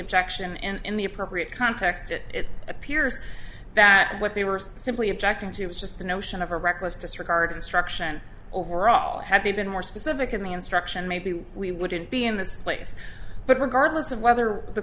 objection in the appropriate context it it appears that what they were simply objecting to was just the notion of a reckless disregard instruction overall had they been more specific in the instruction maybe we wouldn't be in this place but regardless of whether the